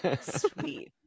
Sweet